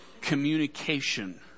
communication